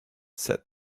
said